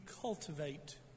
cultivate